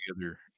together